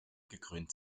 gekrönt